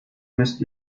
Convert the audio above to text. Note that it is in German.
müsst